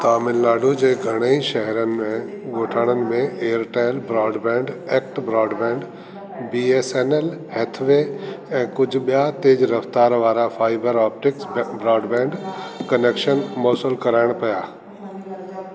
तमिलनाडु जे घणेई शहरनि ऐं गोठाणनि में Airtel broadband ACT broadband BSNL Hathway ऐं कुझु ॿिया तेज़ रफ़तार वारा फाइबर ऑप्टिक ब्रॉडबैंड कनेक्शन मुयसरु कराइनि पिया